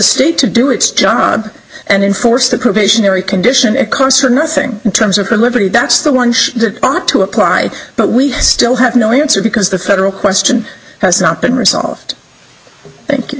state to do its job and enforce the probationary condition and concert nothing in terms of her liberty that's the one that ought to apply but we still have no answer because the federal question has not been resolved thank you